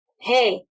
Hey